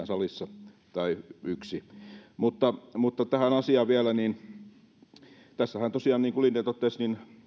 salissa tai yksi mutta mutta tähän asiaan vielä tässähän tosiaan niin kuin linden totesi